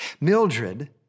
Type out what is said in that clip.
Mildred